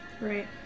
Right